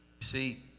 See